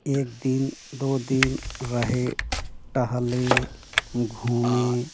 एक दिन दो दिन रहे टहले घूमे